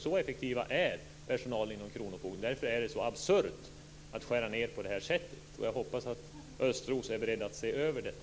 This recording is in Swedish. Så effektiv är personalen inom Kronofogdemyndigheten. Därför är det så absurt att skära ned på det här sättet. Jag hoppas att statsrådet Östros är beredd att se över detta.